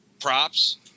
props